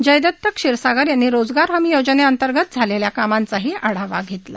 जयदत्त क्षीरसागर यांनी रोजगार हमी योजनेंतर्गत झालेल्या कामांचाही आढावा घेतला